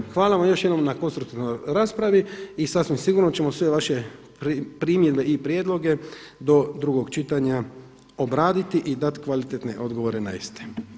Evo, hvala vam još jednom na konstruktivnoj raspravi i sasvim sigurno ćemo sve vaše primjedbe i prijedloge do drugog čitanja obraditi i dati kvalitetne odgovore na iste.